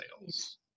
sales